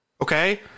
Okay